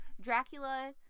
Dracula